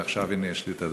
אבל עכשיו יש לי,